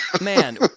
man